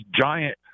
giant